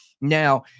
Now